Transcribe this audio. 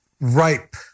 ripe